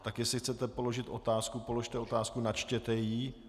Tak jestli chcete položit otázku, položte otázku, načtěte ji.